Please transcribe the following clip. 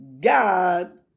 God